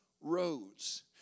roads